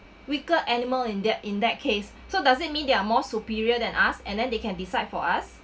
weaker animal in that in that case so doesn't mean they are more superior than us and then they can decide for us